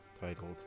titled